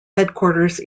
headquarters